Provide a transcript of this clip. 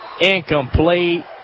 incomplete